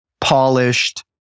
polished